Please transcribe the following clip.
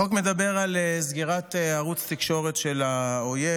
החוק מדבר על סגירת ערוץ תקשורת של האויב.